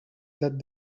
that